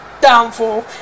downfall